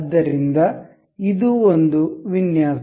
ಆದ್ದರಿಂದ ಇದು ಒಂದು ವಿನ್ಯಾಸ